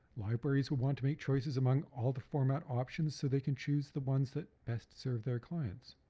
libraries will want to make choices among all the format options so they can choose the ones that best serve their clients.